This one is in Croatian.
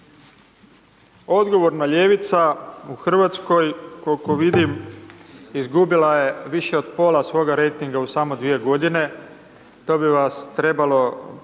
Odgovorna ljevica u Hrvatskoj koliko vidim, izgubila je više od pola svoga rejtinga u samo 2 godine. To bi vas trebalo